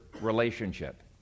relationship